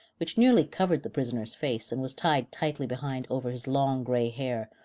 which nearly covered the prisoner's face and was tied tightly behind over his long, gray hair,